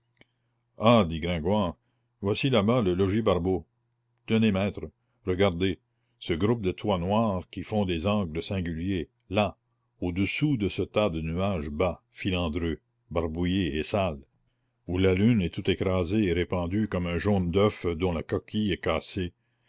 voici là-bas le logis barbeau tenez maître regardez ce groupe de toits noirs qui font des angles singuliers là au-dessous de ce tas de nuages bas filandreux barbouillés et sales où la lune est tout écrasée et répandue comme un jaune d'oeuf dont la coquille est cassée